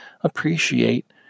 appreciate